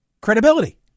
credibility